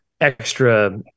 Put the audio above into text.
extra